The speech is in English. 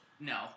No